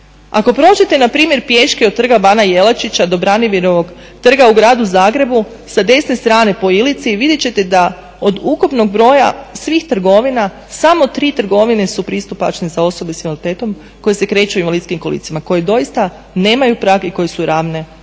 Ako prođete npr. pješke od Trga bana Jelačića do Britanskog trga u Gradu Zagrebu sa desne strane po Ilici vidjet ćete da od ukupnog broja svih trgovina samo tri trgovine su pristupačne za osobe s invaliditetom koje se kreću invalidskim kolicima, koje doista nemaju prag i koje su ravne